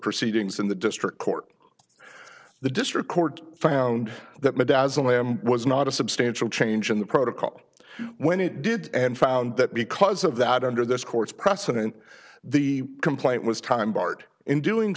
proceedings in the district court the district court found that my dazzle him was not a substantial change in the protocol when it did and found that because of that under this court's precedent the complaint was time bart in doing